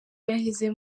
yaheze